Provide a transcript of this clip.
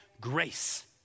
grace